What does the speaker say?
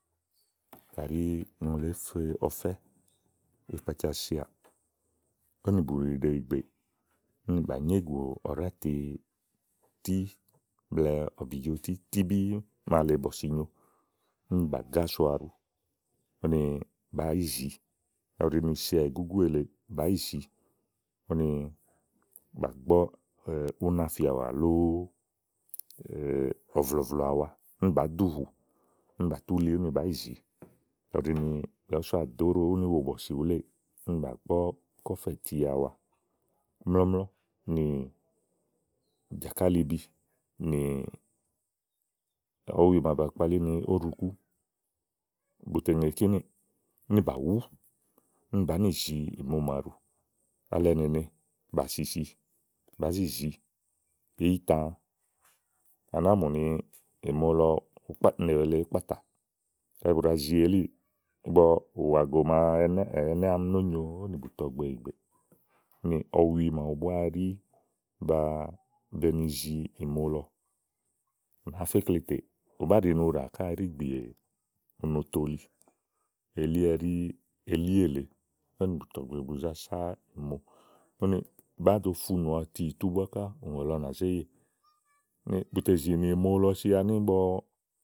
kaɖi ùŋle èé fe ɔfɛ́ úni ikpaca seàà ówó nì bùɖìɖe ìgbè úni bà nyégù ɔ̀ɖátèètí blɛ́ɛ ɔ̀bìjotítíbí màa lèe bɔ̀sì i nyo úni bà gá so aɖu úni bàá yi zìi kayi ù ɖi ni ù seà ìgúgú èleè bàá yì zìi úni bà gbɔ̀ úna fìàwà ɔ̀vlɔ̀vlɔ̀ àwa, úni bàá duhù úni bà tú li úni bàáyi zìi. kayi ù ɖi ni bìà bùú sowàa ɖò óɖò úni wo bɔ̀sì wuléè úni bà gbɔ kɔ fɛ̀ti àwamlɔ̀mlɔ̀ nì jàkálibi mì ɔwi màa ba kpalí ni ó ɖu kú, bù tè ŋè kínìì. úni bà wú úni bàá ni zìi ìmo màaɖu alɛ nèene úni ba sisi bàá zi zìi iyítãã, à nàá mù ni ìmo lɔ nèwù èle èé kpatà kaɖi bù ɖa zi elíì ígbɔ ùwàgò màa nyo ɛnɛ́ àámi nó nyo ówò nì bùtɔgbe ìgbèè ùni ɔwi màawu búá ɛɖi ba, be ni ziìmolɔ ù nàá fe ikle tè ù bàá ni ùɖà ká ɛɖí gbì èè, uno toli elí ɛɖí, elí èle ówó nì bùtɔgbe bu zá sá ìmo úni úni bàáa zo funù ɔti ìtú ká ùŋò lɔ nàzé yè bùtè zìnì ìmo lɔ si ani ígbɔ.